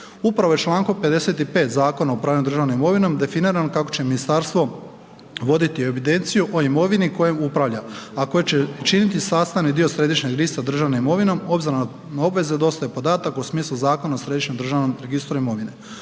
Upravo je člankom 55. Zakona o upravljanju državnom imovinom definirano kako će ministarstvo voditi evidenciju o imovini kojom upravlja a koji će činiti sastavni dio središnjeg .../Govornik se ne razumije./... državnom imovinom obzirom na obveze dostave podataka u smislu Zakona o središnjem državom registru imovine.